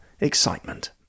excitement